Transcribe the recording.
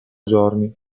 giorni